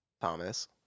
Thomas